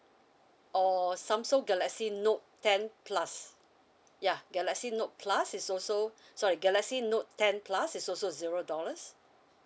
or samsung galaxy note ten plus ya galaxy note plus is also sorry galaxy note ten plus is also zero dollars